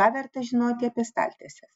ką verta žinoti apie staltieses